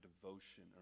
devotion